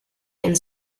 and